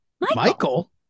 Michael